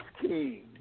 king